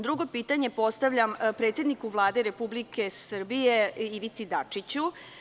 Drugo pitanje postavljam predsedniku Vlade Republike Srbije Ivici Dačiću.